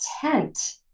tent